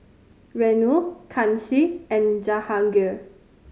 Renu Kanshi and Jahangir